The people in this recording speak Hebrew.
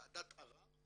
ועדת ערר,